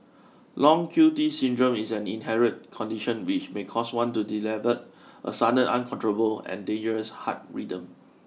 long Q T syndrome is an inherited condition which may cause one to develop a sudden uncontrollable and dangerous heart rhythm